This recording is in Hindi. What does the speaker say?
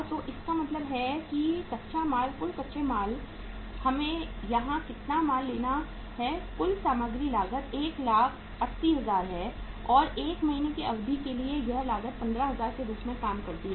तो इसका मतलब है कि कच्चा माल कुल कच्चा माल है हमें यहां कितना माल लेना है कुल सामग्री लागत 180000 है और 1 महीने की अवधि के लिए लागत 15000 के रूप में काम करती है